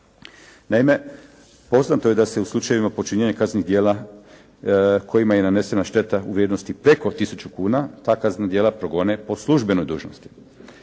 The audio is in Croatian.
Naime, poznato je da se u slučajevima počinjenja kaznenih djela kojima je nanesena šteta u vrijednosti preko tisuću kuna ta kaznena djela progone po službenoj dužnosti.